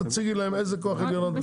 תציגו להם לאיזה כוח עליון את מתכוונת.